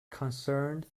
concerned